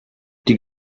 die